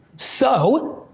so,